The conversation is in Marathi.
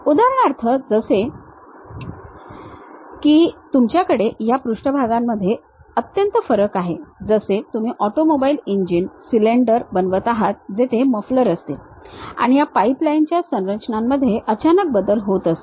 उदाहरणार्थ जसे की तुमच्याकडे या पृष्ठभागांमध्ये अत्यंत फरक आहे जसे तुम्ही ऑटोमोबाईल इंजिन सिलिंडर बनवत आहात जेथे मफलर असतील आणि या पाइपलाइन च्या संरचनांमध्ये अचानक बदल होत असतील